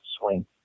swing